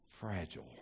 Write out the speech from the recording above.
fragile